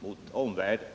med omvärldens.